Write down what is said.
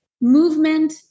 movement